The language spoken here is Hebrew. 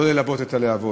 לא ללבות את הלהבות.